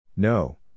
No